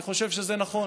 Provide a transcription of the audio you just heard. אני חושב שזה נכון.